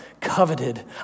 coveted